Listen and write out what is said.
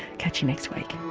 catch you next week